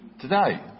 today